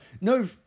No